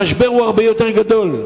המשבר הוא הרבה יותר גדול.